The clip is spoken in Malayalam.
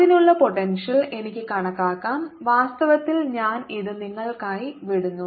അതിനുള്ള പോട്ടെൻഷ്യൽ എനിക്ക് കണക്കാക്കാം വാസ്തവത്തിൽ ഞാൻ ഇത് നിങ്ങൾക്കായി വിടുന്നു